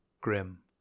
Grim